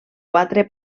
quatre